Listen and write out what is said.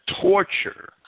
torture